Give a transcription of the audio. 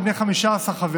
הכנסת אופיר